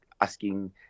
asking